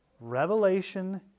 Revelation